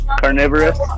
carnivorous